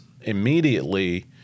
immediately